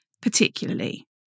particularly